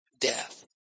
death